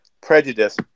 prejudice